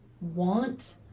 want